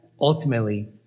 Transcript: ultimately